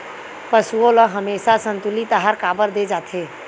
पशुओं ल हमेशा संतुलित आहार काबर दे जाथे?